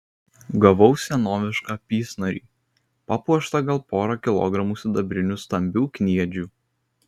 gavau senovišką apynasrį papuoštą gal pora kilogramų sidabrinių stambių kniedžių